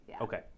Okay